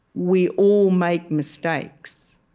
we all make mistakes.